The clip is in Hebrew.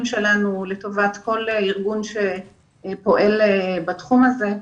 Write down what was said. שלנו לטובת כל ארגון שפועל בתחום הזה.